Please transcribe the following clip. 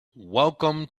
welcome